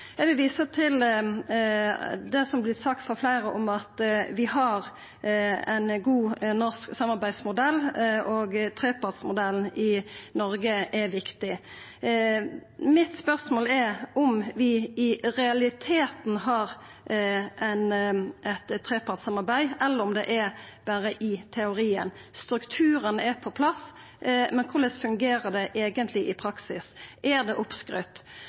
Eg vil visa til det fleire har sagt, at vi har ein god norsk samarbeidsmodell. Trepartsmodellen i Noreg er viktig. Mitt spørsmål er om vi i realiteten har eit trepartssamarbeid, eller om det er berre i teorien. Strukturen er på plass, men korleis fungerer det eigentleg i praksis? Er det oppskrytt?